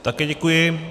Také děkuji.